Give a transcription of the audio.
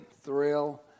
thrill